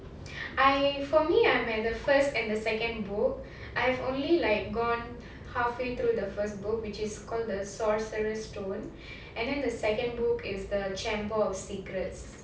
I for me I'm at the first and the second book I've only like gone halfway through the first book which is called the sorcerer's stone and then the second book is the chamber of secrets